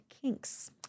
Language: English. kinks